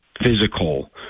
physical